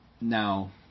now